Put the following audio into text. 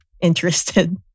interested